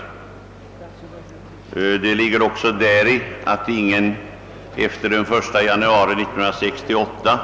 Om riksdagen bifaller propositionen behöver dessutom ingen efter den 1 januari 1968